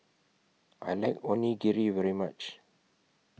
I like Onigiri very much